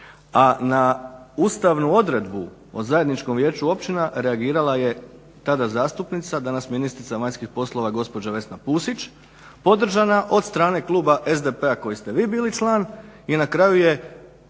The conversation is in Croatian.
A na ustavnu odredbu o zajedničkom Vijeću općina reagirala je tada zastupnica, a danas ministrica vanjskih poslova gospođa Vesna Pusić podržana od strane kluba SDP-a koji ste vi bili član i na kraju je